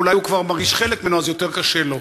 אולי הוא כבר מרגיש חלק ממנו, אז יותר קשה לו.